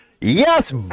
Yes